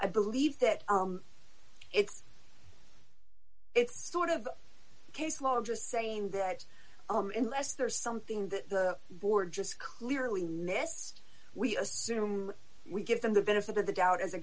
i believe that it's it's sort of case law i'm just saying that in less there is something that the board just clearly nests we assume we give them the benefit of the doubt as a